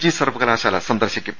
G സർവകലാ ശാല സന്ദർശിക്കും